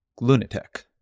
lunatic